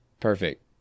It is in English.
Perfect